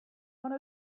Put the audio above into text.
one